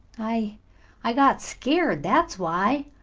i i got scared, that's why.